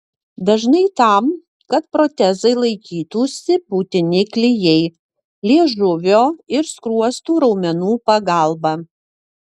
dažnai tam kad protezai laikytųsi būtini klijai liežuvio ir skruostų raumenų pagalba